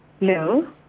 No